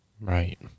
right